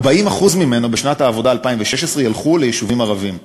40% ממנו בשנת העבודה 2016 ילכו ליישובים ערביים.